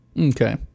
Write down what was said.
Okay